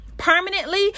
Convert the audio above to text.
permanently